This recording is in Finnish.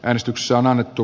äänestyksessä on annettu